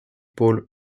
paul